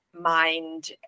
mind